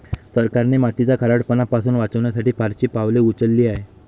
सरकारने मातीचा खारटपणा पासून वाचवण्यासाठी फारशी पावले उचलली आहेत